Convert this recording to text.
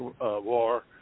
war